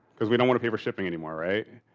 because we don't wanna pay for shipping anymore, right?